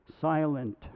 silent